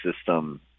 system